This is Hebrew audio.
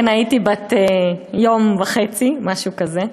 כן, הייתי בת יום וחצי, משהו כזה.